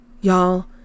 y'all